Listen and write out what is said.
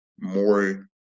more